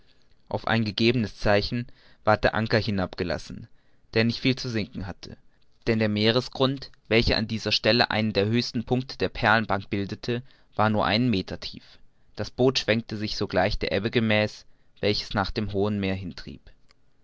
auf ein gegebenes zeichen ward der anker hinabgelassen der nicht viel zu sinken hatte denn der meeresgrund welcher an dieser stelle einen der höchsten punkte der perlenbank bildete war nur ein meter tief das boot schwenkte sich sogleich der ebbe gemäß welche nach dem hohen meer hin